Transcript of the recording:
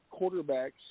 quarterbacks